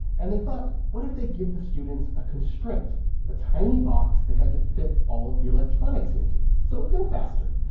and they thought, what if they give the students a constraint a tiny box they had to fit all of the electronics into so it would go faster?